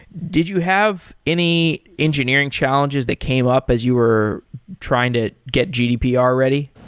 did you have any engineering challenges that came up as you were trying to get gdpr ready?